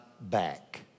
back